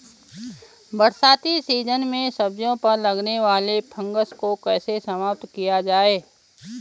बरसाती सीजन में सब्जियों पर लगने वाले फंगस को कैसे समाप्त किया जाए?